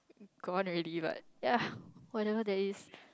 gone already but ya whatever there is